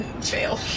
Fail